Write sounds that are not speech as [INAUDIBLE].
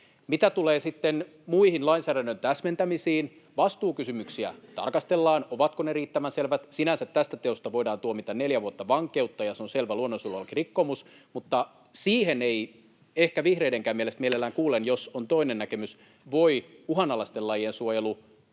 Mitä tulee sitten muihin lainsäädännön täsmentämisiin, vastuukysymyksiä tarkastellaan, ovatko ne riittävän selvät. Sinänsä tästä teosta voidaan tuomita neljä vuotta vankeutta, ja se on selvä luonnonsuojelurikkomus, mutta siihen ei ehkä vihreidenkään mielestä [NOISE] — mielelläni kuulen, jos on toinen näkemys — voi uhanalaisten lajien suojelu